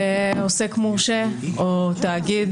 עוסק מורשה או תאגיד.